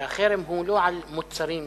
חשוב לציין שהחרם הוא לא על מוצרים ישראליים,